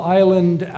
island